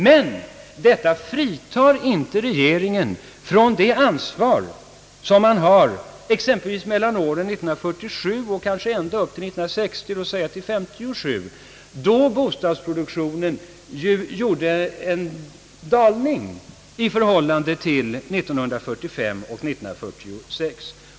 Men detta fritar inte regeringen från ansvar för vad som hände exempelvis mellan åren 1947 och låt oss säga 1957, då bostadsproduktionen dalade i förhållande till 1945 och 1946.